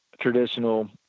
traditional